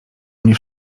mnie